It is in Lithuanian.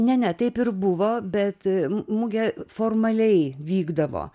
ne ne taip ir buvo bet mugė formaliai vykdavo